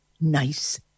nice